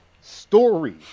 story